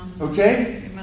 Okay